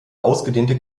ausgedehnte